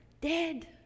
dead